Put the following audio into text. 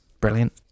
brilliant